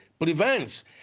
prevents